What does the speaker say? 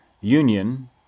Union